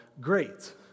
great